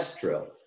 drill